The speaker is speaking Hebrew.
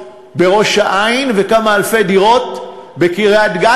בראש-העין וכמה אלפי דירות בקריית-גת,